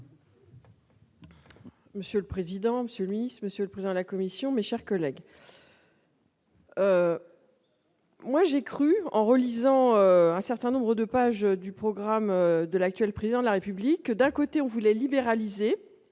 Monsieur le président Monsieur Miss monsieur plein la commission, mes chers collègues. Moi, j'ai cru en relisant un certain nombres de pages du programme de l'actuel président de la République d'un côté, on voulait libéraliser